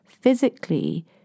physically